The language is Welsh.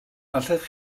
allech